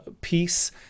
peace